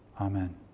Amen